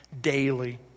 daily